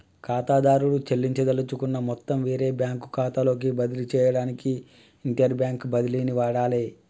ఖాతాదారుడు చెల్లించదలుచుకున్న మొత్తం వేరే బ్యాంకు ఖాతాలోకి బదిలీ చేయడానికి ఇంటర్బ్యాంక్ బదిలీని వాడాలే